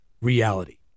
reality